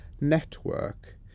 network